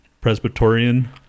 Presbyterian